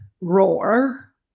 roar